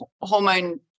hormone